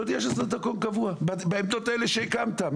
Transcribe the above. תודיע שזה דרכון קבוע בעמדות האלה שהקמת.